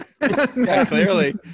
Clearly